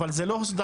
אבל זה לא הוסדר.